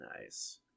Nice